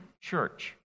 church